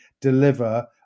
deliver